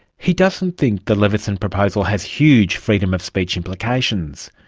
he doesn't think the leveson proposal has huge freedom of speech implications.